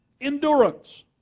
endurance